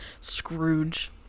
Scrooge